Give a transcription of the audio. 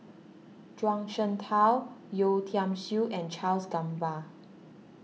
Zhuang Shengtao Yeo Tiam Siew and Charles Gamba